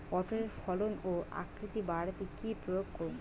পটলের ফলন ও আকৃতি বাড়াতে কি প্রয়োগ করব?